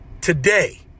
today